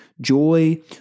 joy